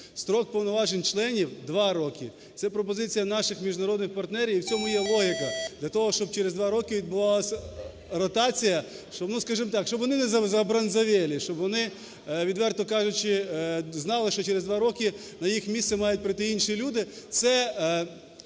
Строк повноважень членів – два роки. Це пропозиція наших міжнародних партнерів і в цьому є логіка для того, щоб через два роки відбувалась ротація. Скажемо так, щоб вони не "забронзовели", щоб вони, відверто кажучи, знали, що через два роки на їх місце мають прийти інші люди.